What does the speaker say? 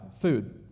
food